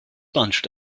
bunched